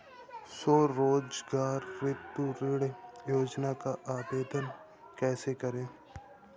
स्वरोजगार हेतु ऋण योजना का आवेदन कैसे करें?